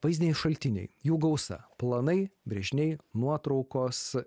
vaizdiniai šaltiniai jų gausa planai brėžiniai nuotraukos